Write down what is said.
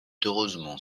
heureusement